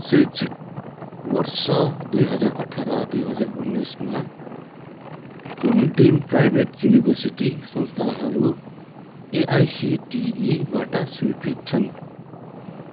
शैक्षिक वर्ष दुई हजार अठार दुई हजार उन्नाइसमा कुन डिम्ड प्राइवेट युनिवर्सिटी संस्थानहरू एआइसिटिईबाट स्वीकृत छन्